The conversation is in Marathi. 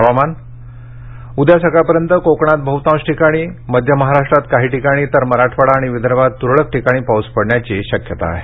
हवामान उद्या सकाळपर्यंत कोकणात बहुतांश ठिकाणी मध्य महाराष्ट्रात काही ठिकाणी तर मराठवाडा आणि विदर्भात तुरळक ठिकाणी पाऊस पडण्याची शक्यता आहे